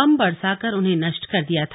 बम बरसाकर उन्हें नष्ट कर दिया था